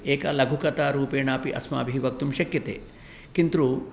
एका लघुकथारूपेणापि अस्माभिः वक्तुं शक्यते किन्तु